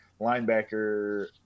linebacker